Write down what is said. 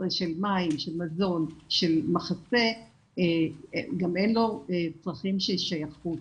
של מים, מזון, מחסה, גם אין לו צרכים של שייכות.